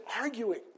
arguing